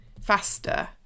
faster